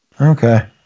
Okay